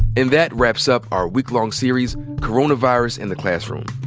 and that wraps up our week-long series, coronavirus in the classroom.